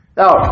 Now